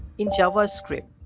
in javascript,